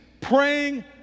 praying